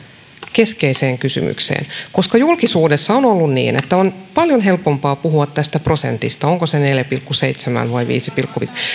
keskeiseen kysymykseen koska julkisuudessa on ollut paljon helpompaa puhua tästä prosentista onko se neljä pilkku seitsemän vai viisi pilkku